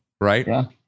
right